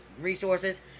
resources